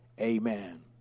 Amen